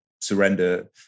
surrender